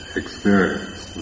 experience